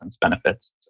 benefits